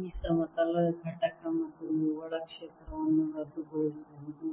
ಈ ಸಮತಲ ಘಟಕ ಮತ್ತು ನಿವ್ವಳ ಕ್ಷೇತ್ರವನ್ನು ರದ್ದುಗೊಳಿಸುವುದು